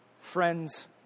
Friends